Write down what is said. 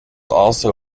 also